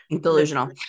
delusional